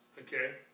okay